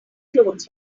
clothes